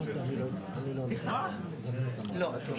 להסכמה אנשי